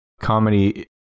comedy